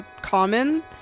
common